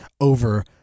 over